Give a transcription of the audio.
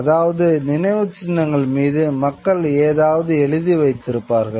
அதவாது நினைவுச்சின்னங்கள் மீது மக்கள் ஏதாவது எழுதி வைத்திருப்பர்கள்